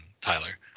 Tyler